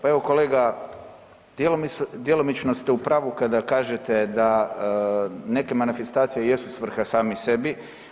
Pa evo kolega, djelomično ste u pravu kad kažete da neke manifestacije jesu svrha sami sebi.